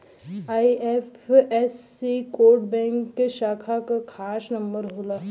IFSC code bank के शाखा क खास नंबर होला